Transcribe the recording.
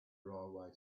railway